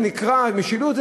זה נקרא משילות?